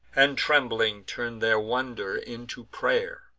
and, trembling, turn their wonder into pray'r.